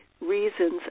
reasons